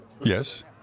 Yes